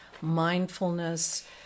mindfulness